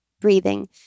breathing